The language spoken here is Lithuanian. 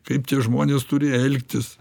kaip tie žmonės turi elgtis